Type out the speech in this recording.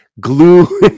glue